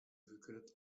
wykryto